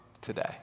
today